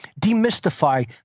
demystify